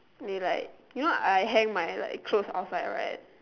they like you know I hang my like clothes outside right